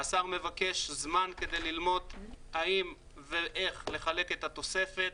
השר מבקש זמן כדי ללמוד האם ואיך לחלק את התוספת.